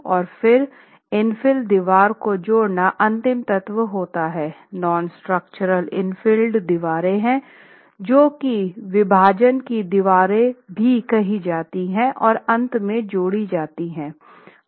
और फिर इनफिल दीवार को जोड़ना अंतिम तत्व होता है नॉनस्ट्रक्चरल इनफिल्ड दीवारें हैं जो कि विभाजन की दीवारें भी कही जाती हैं और अंत में जोड़ी जाती हैं